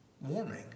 warming